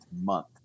month